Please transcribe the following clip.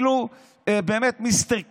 באמת מיסטר קלין,